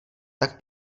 tak